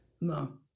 No